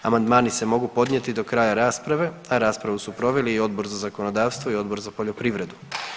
Amandmani se mogu podnijeti do kraja rasprave, a raspravu su proveli i Odbor za zakonodavstvo i Odbor za poljoprivredu.